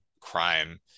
crime